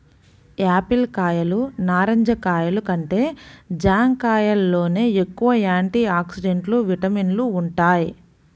Apple కాయలు, నారింజ కాయలు కంటే జాంకాయల్లోనే ఎక్కువ యాంటీ ఆక్సిడెంట్లు, విటమిన్లు వుంటయ్